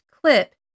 clip